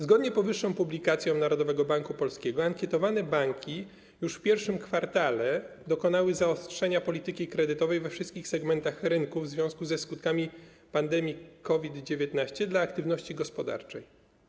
Zgodnie z powyższą publikacją Narodowego Banku Polskiego ankietowane banki już w I kwartale dokonały zaostrzenia polityki kredytowej we wszystkich segmentach rynku w związku ze skutkami pandemii COVID-19 dla aktywności gospodarczej.